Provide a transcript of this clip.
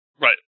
Right